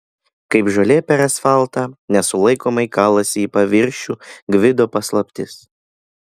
kaip žolė per asfaltą nesulaikomai kalasi į paviršių gvido paslaptis